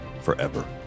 forever